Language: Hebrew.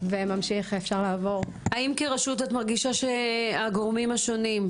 ואפשר לעבור -- האם כרשות את מרגישה שהגורמים השונים,